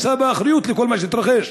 יישא באחריות לכל מה שמתרחש.